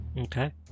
Okay